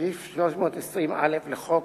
סעיף 320(א) לחוק